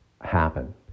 happen